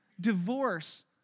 divorce